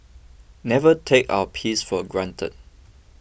never take our peace for granted